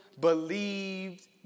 believed